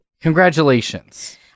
Congratulations